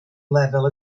lefel